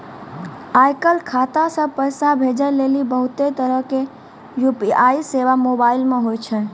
आय काल खाता से पैसा भेजै लेली बहुते तरहो के यू.पी.आई सेबा मोबाइल मे होय छै